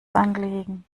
anlegen